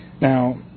Now